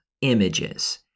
images